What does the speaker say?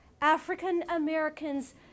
African-Americans